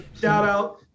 shout-out